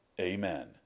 Amen